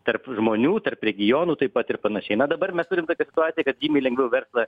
tarp žmonių tarp regionų taip pat ir panašiai na dabar mes turim tokią situaciją kad žymiai lengviau verslą